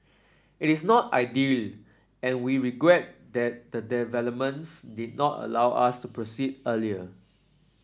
it is not ideal and we regret that the developments did not allow us to proceed earlier